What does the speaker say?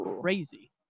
crazy